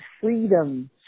freedom